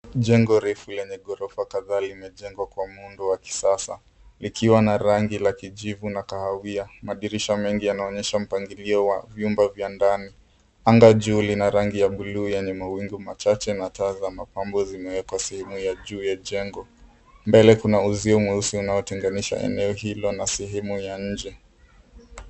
Jengo refu lenye ghorofa kadhaa limejengwa kwa muundo wa kisasa likiwa na rangi la kijivu na kahawia. Madirisha mengi yanaonyesha mpangilio wa vyumba vya ndani. Anga juu lina rangi ya buluu yenye mawingu machache na taa za mapambo zimewekwa sehemu ya juu ya jengo. Mbele kuna uzio mweusi unaotenganisha eneo hilo na sehemu ya nje.